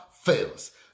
fails